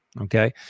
Okay